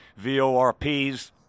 VORPs